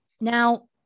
Now